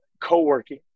co-working